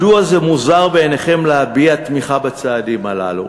מדוע זה מוזר בעיניכם להביע תמיכה בצעדים הללו?